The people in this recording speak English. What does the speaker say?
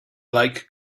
like